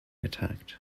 attacked